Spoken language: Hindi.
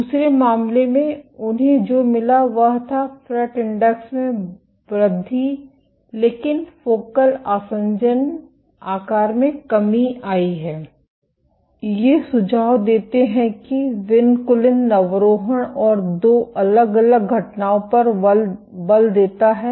दूसरे मामले में उन्हें जो मिला वह था फ्रेट इंडेक्स में वृद्धि लेकिन फोकल आसंजन आकार में कमी आई है ये सुझाव देते हैं कि विनकुलिन नवरोहण और 2 अलग अलग घटनाओं पर बल देता है